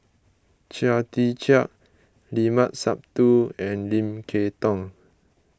Chia Tee Chiak Limat Sabtu and Lim Kay Tong